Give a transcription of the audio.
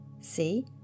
See